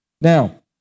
Now